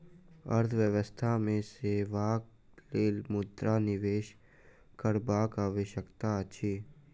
अर्थव्यवस्था मे सेवाक लेल मुद्रा निवेश करबाक आवश्यकता अछि